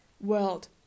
world